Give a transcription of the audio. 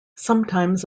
sometimes